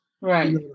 right